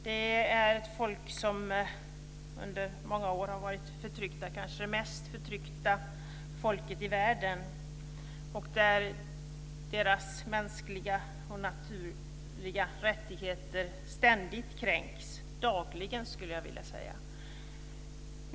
Det är ett folk som under många år har varit förtryckt - det kanske mest förtryckta folket i världen. Deras mänskliga och naturliga rättigheter kränks ständigt - dagligen, skulle jag vilja säga.